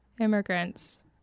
Immigrants